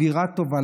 אווירה טובה,